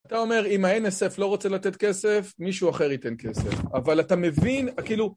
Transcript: אתה אומר אם NSF לא רוצה לתת כסף, מישהו אחר ייתן כסף, אבל אתה מבין, כאילו...